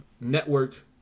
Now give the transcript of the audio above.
network